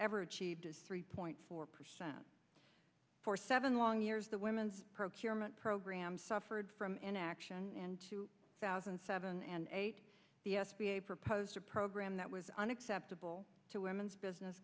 ever achieved is three point four percent for seven long years the women's procurement program suffered from inaction in two thousand and seven and eight the s b a proposed a program that was unacceptable to women's business